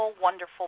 wonderful